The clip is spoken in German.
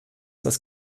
das